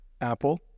Apple